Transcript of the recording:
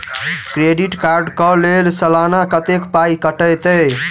Credit card कऽ लेल सलाना कत्तेक पाई कटतै?